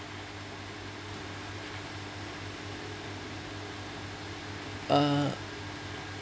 uh